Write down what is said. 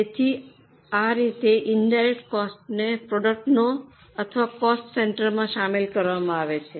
તેથી આ રીતે ઇનડાયરેક્ટ કોસ્ટને પ્રોડક્ટનો અથવા કોસ્ટ સેન્ટરમાં શામેલ કરવામાં આવે છે